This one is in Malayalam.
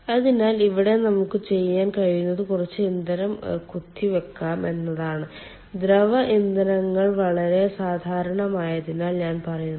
അതിനാൽ ഇവിടെ നമുക്ക് ചെയ്യാൻ കഴിയുന്നത് കുറച്ച് ഇന്ധനം കുത്തിവയ്ക്കാം എന്നതാണ് ദ്രവ ഇന്ധനങ്ങൾ വളരെ സാധാരണമായതിനാൽ ഞാൻ പറയുന്നു